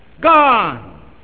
Gone